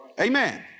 Amen